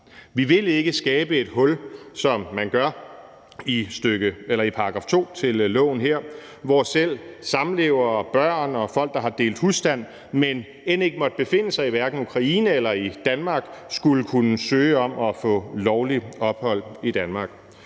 Vi vil ikke skabe et hul, som man gør i § 2 til loven her, hvor selv samlevere, børn og folk, der har delt husstand, men som end ikke måtte befinde sig i hverken Ukraine eller i Danmark, skulle kunne søge om at få lovligt ophold i Danmark.